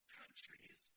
countries